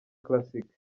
classic